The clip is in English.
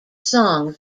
songs